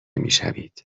میشوید